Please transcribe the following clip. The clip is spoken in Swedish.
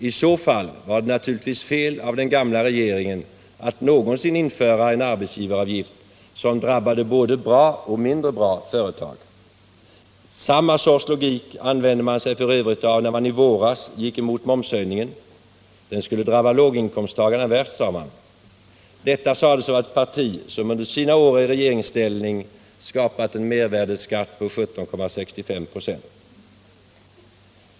I så fall var det naturligtvis fel av den gamla regeringen att någonsin införa en arbetsgivaravgift som drabbade både bra och mindre bra företag. Samma sorts logik använde man sig f. ö. av när man i våras gick emot momshöjningen. Den skulle drabba låginkomsttagarna värst, sade man. Detta hävdades av ett parti som under sina år i regeringsställning skapat en mervärdeskatt på 17,65 96.